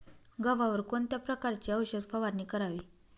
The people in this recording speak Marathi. गव्हावर कोणत्या प्रकारची औषध फवारणी करावी?